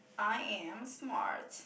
I am smart